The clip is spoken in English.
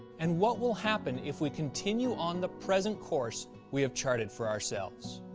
and what will happen if we continue on the present course we have charted for ourselves?